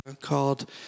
called